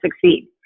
succeed